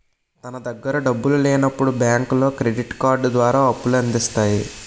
తన దగ్గర డబ్బులు లేనప్పుడు బ్యాంకులో క్రెడిట్ కార్డు ద్వారా అప్పుల అందిస్తాయి